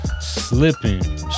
slipping